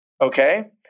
Okay